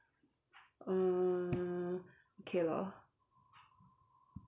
uh okay lor